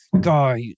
God